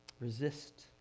Resist